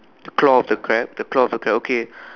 the claw of the crab the claw of the crab okay